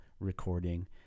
Recording